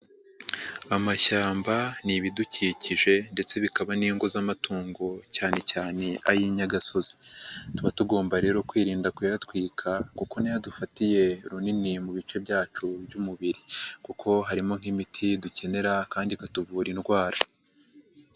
Amashyamba ni ibidukikije ndetse bikaba n'ingo z'amatungo cyane cyane ay'inyagasozi, tuba tugomba rero kwirinda kuyatwika kuko niyo adufatiye runini mu bice byacu by'umubiri kuko harimo nk'imiti dukenera kandi ikatuvura indwara.